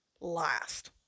last